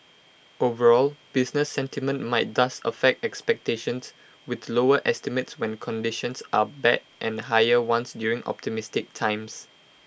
overall business sentiment might thus affect expectations with lower estimates when conditions are bad and higher ones during optimistic times